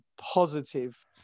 positive